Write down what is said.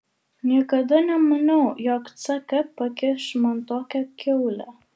niekada nemaniau jog ck pakiš man tokią kiaulę